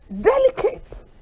delicate